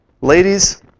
Ladies